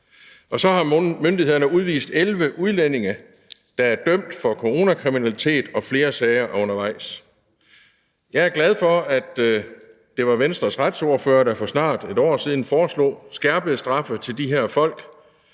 Og så har myndighederne udvist 11 udlændinge, der er dømt for coronakriminalitet, og flere sager er undervejs. Jeg er glad for, at det var Venstres retsordfører, der for snart et år siden foreslog skærpede straffe til de her folk,